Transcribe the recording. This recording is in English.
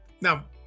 Now